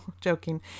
joking